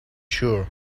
sure